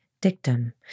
dictum